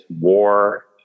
war